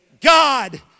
God